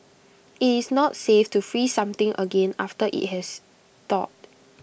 IT is not safe to freeze something again after IT has thawed